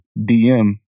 DM